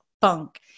funk